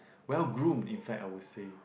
well groom in fact I would say